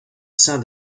sein